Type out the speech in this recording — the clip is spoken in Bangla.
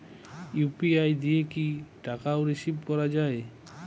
ইউ.পি.আই দিয়ে কি টাকা রিসিভ করাও য়ায়?